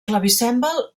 clavicèmbal